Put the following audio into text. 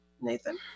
Nathan